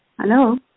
Hello